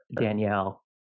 Danielle